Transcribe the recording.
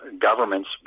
governments